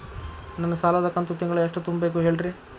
ನನ್ನ ಸಾಲದ ಕಂತು ತಿಂಗಳ ಎಷ್ಟ ತುಂಬಬೇಕು ಹೇಳ್ರಿ?